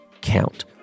count